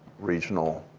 regional,